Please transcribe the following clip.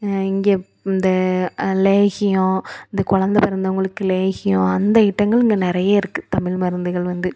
இங்கே இந்த லேகியம் இந்த கொழந்த பிறந்தவங்களுக்கு லேகியம் அந்த ஐட்டங்கள் இங்கே நிறைய இருக்குது தமிழ் மருந்துகள் வந்து